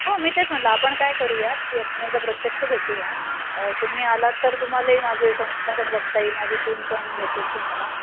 हो मी तेच म्हटलं आपण काय करूयात की आपण एकदा प्रत्यक्ष भेटूया तुम्ही आलात तर तुम्हालाही माझे संस्था पण बघता येईल माझी टीम ण भेटेल तुम्हाला